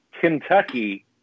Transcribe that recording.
Kentucky